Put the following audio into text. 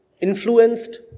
Influenced